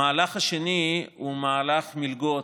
המהלך השני הוא מהלך מלגות,